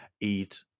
eat